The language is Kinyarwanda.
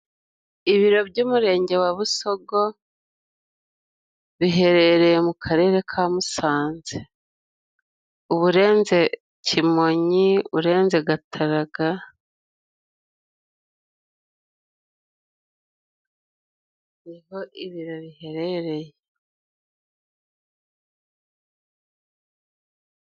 Ibiro by'umurenge wa Busogo biherereye mu karere ka Musanze. Uba urenze Kimonyi, urenze Gataraga niho ibiro biherereye.